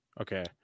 Okay